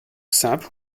simple